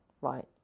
Right